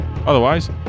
Otherwise